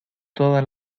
toda